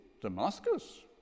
Damascus